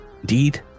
indeed